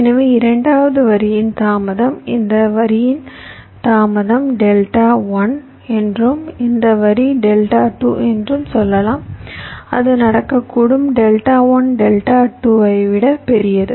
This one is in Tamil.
எனவே இரண்டாவது வரியின் தாமதம் இந்த வரியின் தாமதம் டெல்டா 1 என்றும் இந்த வரி டெல்டா 2 என்றும் சொல்லலாம் அது நடக்கக்கூடும் டெல்டா 1 டெல்டா 2 ஐ விட பெரியது